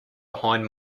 behind